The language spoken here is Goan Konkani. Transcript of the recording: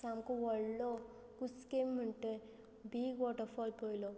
सामको व्हडलो कुस्केम म्हणट बीग वॉटरफॉल पळयलो